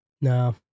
No